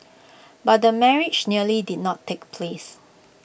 but the marriage nearly did not take place